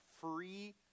free